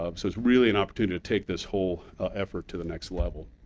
um so it's really an opportunity to take this whole effort to the next level.